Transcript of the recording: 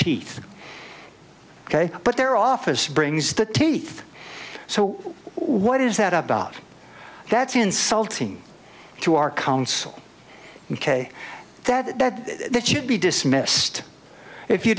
teeth ok but their office brings the teeth so what is that about that's insulting to our counsel ok that that that should be dismissed if you